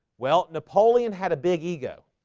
well napoleon had a big ego.